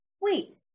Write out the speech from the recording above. wait